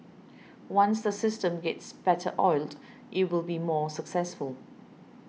once the system gets better oiled it will be more successful